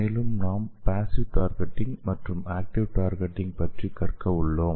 மேலும் நாம் passive targeting மற்றும் ஆக்டிவ் டார்கெட்டிங் பற்றி கற்க உள்ளோம்